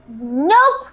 Nope